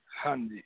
ਹਾਂਜੀ